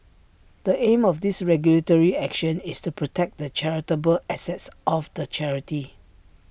the aim of this regulatory action is to protect the charitable assets of the charity